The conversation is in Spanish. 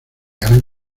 gran